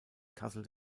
kassel